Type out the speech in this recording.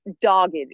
dogged